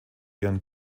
ihren